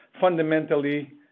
fundamentally